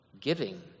giving